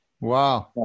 Wow